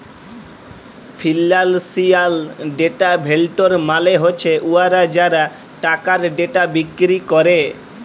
financial data vendor মালে হছে উয়ারা যারা টাকার ডেটা বিক্কিরি ক্যরে